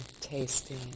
tasting